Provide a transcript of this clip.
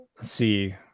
see